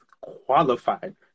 qualified